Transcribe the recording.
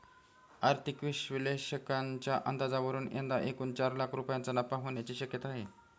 आर्थिक विश्लेषकांच्या अंदाजावरून यंदा एकूण चार लाख रुपयांचा नफा होण्याची शक्यता आहे